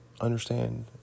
Understand